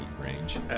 range